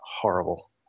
horrible